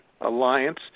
alliance